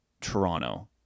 Toronto